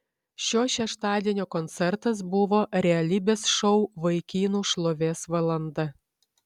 šio šeštadienio koncertas buvo realybės šou vaikinų šlovės valanda